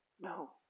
No